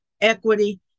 equity